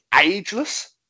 ageless